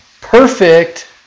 perfect